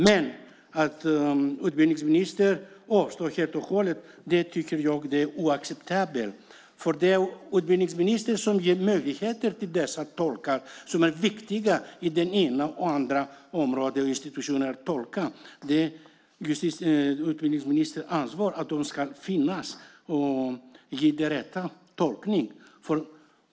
Men att utbildningsministern helt och hållet avstår här är, tycker jag, oacceptabelt. Det är ju utbildningsministern som ger möjligheter till dessa tolkar som är viktiga på både det ena och det andra området, inom olika institutioner, när det gäller att tolka. Det är utbildningsministerns ansvar att det finns tolkar som ger rätt tolkning.